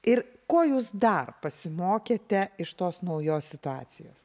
ir ko jūs dar pasimokėte iš tos naujos situacijos